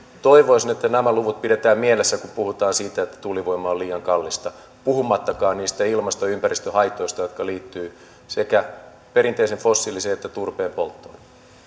toivoisin että nämä luvut pidetään mielessä kun puhutaan siitä että tuulivoima on liian kallista puhumattakaan niistä ilmasto ja ympäristöhaitoista jotka liittyvät sekä perinteisen fossiilisen että turpeen polttoon